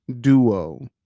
duo